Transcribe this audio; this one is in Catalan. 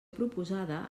proposada